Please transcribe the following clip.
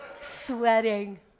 sweating